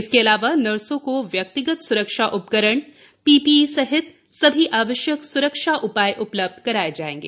इसके अलावा नर्सों को व्यक्तिगत स्रक्षा उपकरण पीपीई सहित सभी आवश्यक स्रक्षा उपाय उपलब्ध कराए जाएंगे